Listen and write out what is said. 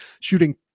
shooting